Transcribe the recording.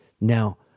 Now